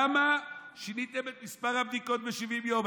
כמה שיניתם את מספר הבדיקות ב-70 ביום?